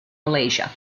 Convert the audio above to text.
malaysia